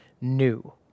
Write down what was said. new